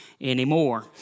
anymore